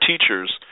teachers